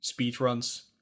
speedruns